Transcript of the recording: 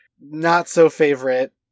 not-so-favorite